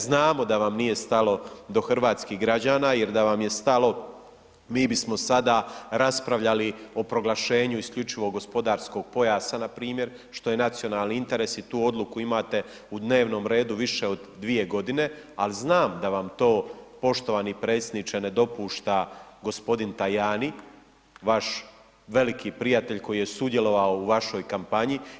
Znamo da vam nije stalo do hrvatskih građana jer da vam je stalo mi bismo sada raspravljali o proglašenju isključivo gospodarskog pojasa na primjer, što je nacionalni interes i tu odluku imate u dnevnom redu više od 2 godine, al znam da vam to poštovani predsjedniče ne dopušta gospodin Tajani, vaš veliki prijatelj koji je sudjelovao u vašoj kampanji.